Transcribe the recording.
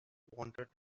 wanted